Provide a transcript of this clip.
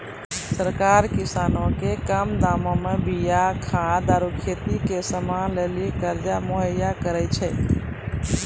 सरकार किसानो के कम दामो मे बीया खाद आरु खेती के समानो लेली कर्जा मुहैय्या करै छै